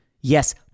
Yes